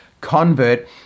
convert